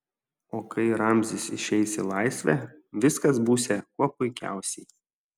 o kai ramzis išeis į laisvę viskas būsią kuo puikiausiai